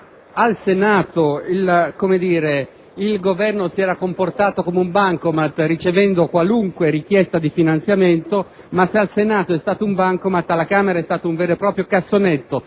al Senato il Governo si era comportato come un *bancomat*, ricevendo qualunque richiesta di finanziamento, ma se al Senato è stato un *bancomat*, alla Camera dei deputati è stato un vero e proprio cassonetto.